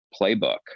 playbook